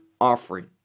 offering